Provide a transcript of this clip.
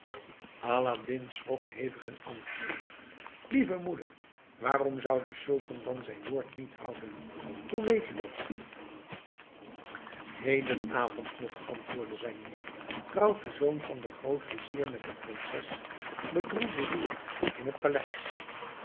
aladdin schrok hevig en antwoordde lieve moeder waarom zou de sultan dan zijn woord niet houden hoe weet u dat hedenavond nog antwoordde zijn moeder trouwt de zoon van den grootvizier met prinses bedroelboedoer in het paleis